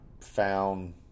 found